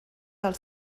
del